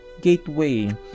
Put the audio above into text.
gateway